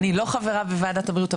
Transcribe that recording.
אני לא חברה בוועדת הבריאות,